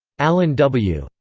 allen w.